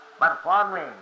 performing